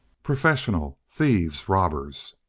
professional thieves, robbers!